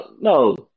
No